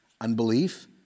unbelief